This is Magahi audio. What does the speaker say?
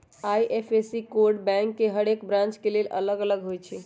आई.एफ.एस.सी कोड बैंक के हरेक ब्रांच के लेल अलग अलग होई छै